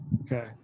Okay